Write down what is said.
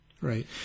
right